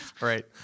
Right